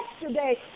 yesterday